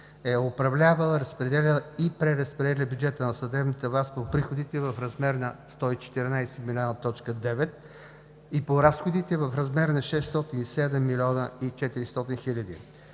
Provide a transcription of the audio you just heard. е управлявала, разпределяла и преразпределяла бюджета на съдебната власт по приходите в размер на 114,9 млн. лв., и по разходите – в размер на 607 млн. 400 хил.